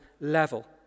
level